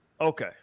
Okay